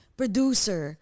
producer